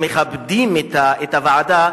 מכבדים את הוועדה,